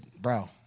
bro